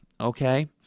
okay